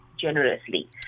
generously